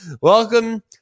welcome